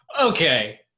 okay